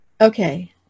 Okay